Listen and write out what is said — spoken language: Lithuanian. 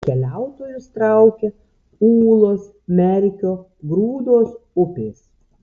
keliautojus traukia ūlos merkio grūdos upės